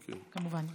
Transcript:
כמובן.